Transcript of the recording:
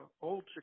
Old